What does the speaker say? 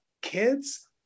kids